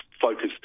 focused